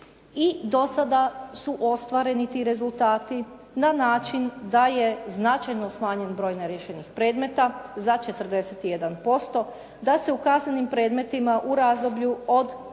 i do sada su ostvareni ti rezultati na način da je značajno smanjen broj neriješenih predmeta za 41%, da se u kaznenim predmetima u razdoblju od